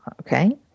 Okay